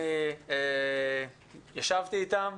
ישבתי אתם,